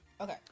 Okay